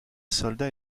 soldat